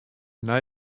nei